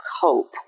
cope